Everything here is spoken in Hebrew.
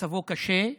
מצבו קשה,